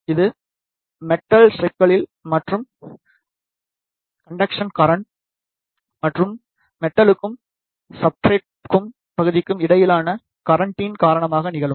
இது மெட்டல் ஸ்ட்ரைப்களில் மற்றும் கண்டக்ஷன் கரண்ட் மற்றும் மெட்டல்க்கும் ஸப்ஸ்ட்ரேட் பகுதிக்கும் இடையிலான கரண்ட்டின் காரணமாக நிகழும்